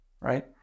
right